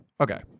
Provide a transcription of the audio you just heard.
Okay